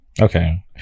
Okay